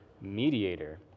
mediator